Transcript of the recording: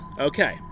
Okay